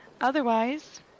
Otherwise